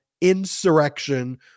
insurrection